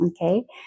okay